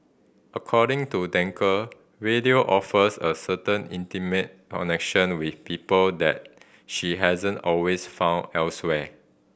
according to Danker radio offers a certain intimate connection with people that she hasn't always found elsewhere